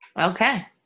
Okay